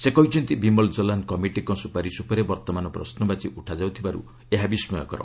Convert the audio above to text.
ସେ କହିଛନ୍ତି ବିମଲ ଜଲାନ୍ କମିଟିଙ୍କ ସୁପାରିଶ ଉପରେ ବର୍ତ୍ତମାନ ପ୍ରଶୁବାଚୀ ଉଠାଯାଉଥିବାର୍ତ ଏହା ବିସ୍କୟକର